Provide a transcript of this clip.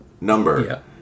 number